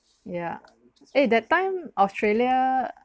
yeah eh that time australia